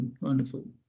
wonderful